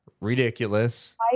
ridiculous